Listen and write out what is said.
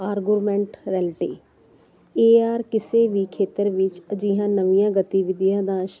argument reality AR ਕਿਸੇ ਵੀ ਖੇਤਰ ਵਿੱਚ ਅਜਿਹੀਆ ਨਵੀਆਂ ਗਤੀਵਿਧੀਆਂ ਦਾ